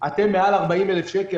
אתם מעל 40,000 שקל,